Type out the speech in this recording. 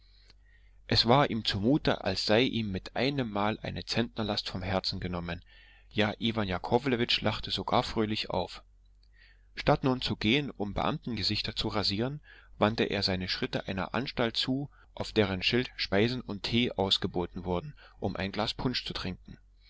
es war ihm zumute als sei ihm mit einemmal eine zentnerlast vom herzen genommen ja iwan jakowlewitsch lachte sogar fröhlich auf statt nun zu gehen um beamtengesichter zu rasieren wandte er seine schritte einer anstalt zu auf deren schild speisen und tee ausgeboten wurden um ein glas punsch zu trinken